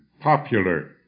popular